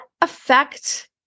affect